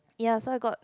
ya so I got